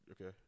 Okay